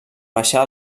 baixar